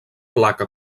placa